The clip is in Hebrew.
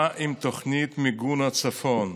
מה עם תוכנית מיגון הצפון?